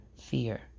fear